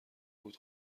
بود